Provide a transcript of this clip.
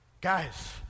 Guys